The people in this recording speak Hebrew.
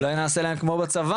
אולי נעשה להם כמו בצבא,